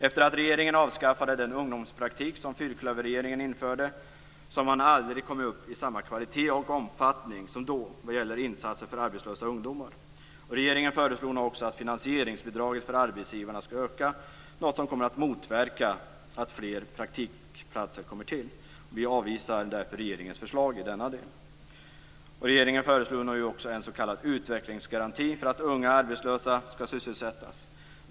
Efter det att regeringen avskaffade den ungdomspraktik som fyrklöverregeringen införde har insatserna för arbetslösa ungdomar aldrig kommit upp i samma kvalitet och omfattning som då. Regeringen föreslår nu att finansieringsbidraget för arbetsgivarna skall öka - något som kommer att motverka att fler praktikplatser kommer till. Vi kristdemokrater avvisar därför regeringens förslag i denna del. Regeringen föreslår också en s.k. utvecklingsgaranti för att unga arbetslösa skall sysselsättas.